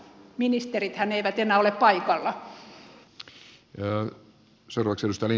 ministerithän eivät enää ole paikalla